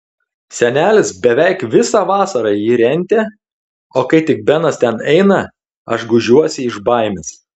senelis beveik visą vasarą jį rentė o kai tik benas ten eina aš gūžiuosi iš baimės